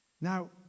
now